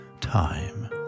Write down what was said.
Time